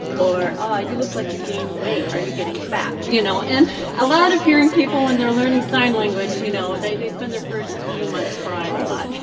or, ah you look like you gained weight are you getting fat? you know and a lot of hearing people when they're learning sign language you know they they spend the first few months crying a lot,